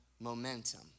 momentum